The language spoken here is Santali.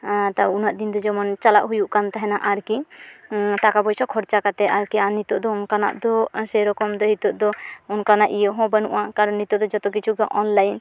ᱩᱱᱟᱹᱜ ᱫᱤᱱ ᱫᱚ ᱡᱮᱢᱚᱱ ᱪᱟᱞᱟᱣ ᱦᱩᱭᱩᱜᱠᱟᱱ ᱛᱟᱦᱮᱱᱟ ᱟᱨᱠᱤ ᱴᱟᱠᱟ ᱯᱚᱭᱥᱟ ᱠᱷᱚᱨᱪᱟ ᱠᱟᱛᱮᱫ ᱟᱨᱠᱤ ᱟᱨ ᱱᱤᱛᱚᱜ ᱫᱚ ᱚᱱᱠᱟᱱᱟᱜ ᱫᱚ ᱥᱮᱨᱚᱠᱚᱢ ᱫᱚ ᱱᱤᱛᱚᱜᱫᱚ ᱚᱱᱠᱟᱱᱟᱜ ᱤᱭᱟᱹᱦᱚᱸ ᱵᱟᱹᱱᱩᱜᱼᱟ ᱠᱟᱨᱚᱱ ᱱᱤᱛᱚᱜᱫᱚ ᱡᱚᱛᱚ ᱠᱤᱪᱷᱩᱜᱮ ᱚᱱᱞᱟᱭᱤᱱ